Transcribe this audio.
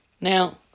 Now